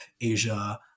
Asia